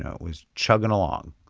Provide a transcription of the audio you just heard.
it was chugging along,